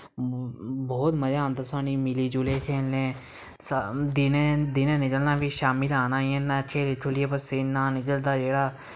बौ बौह्त मज़ा आंदा सानू मिली जुलियै खेलने स दिनें दिनें निकलना फ्ही शाम्मी लै आना इ'यां खेली खुल्लियै पसीना निकलदा जेह्ड़ा